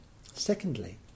Secondly